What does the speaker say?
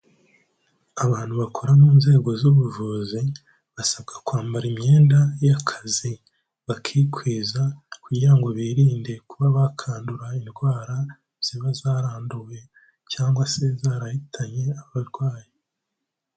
Abantu bakora mu nzego z'ubuvuzi basabwa kwambara imyenda y'akazi, bakikwiza kugira ngo birinde kuba bakwandura indwara ziba zaranduwe cyangwa se zarahitanye abarwayi.